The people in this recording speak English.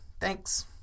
thanks